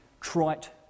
trite